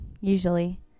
usually